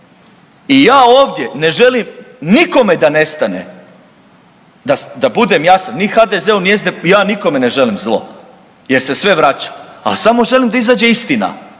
I ja ovdje ne želim nikome da nestane, da budem jasan, ni HDZ-u ni SDP, ja nikome ne želim zlo jer se sve vraća al samo želim da izađe istina